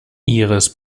ihres